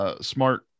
smart